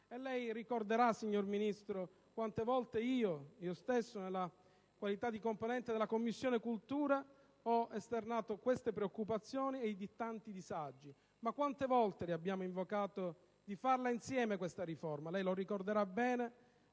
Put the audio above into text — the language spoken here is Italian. Lei ricorderà, signora Ministro, quante volte io stesso, nella qualità di componente della Commissione istruzione, ho esternato queste preoccupazioni e i tanti disagi. Ma quante volte le abbiamo invocato di fare insieme questa riforma? Lei lo ricorderà bene,